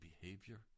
behavior